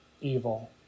evil